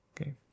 okay